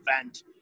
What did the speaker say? event